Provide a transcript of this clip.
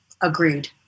agreed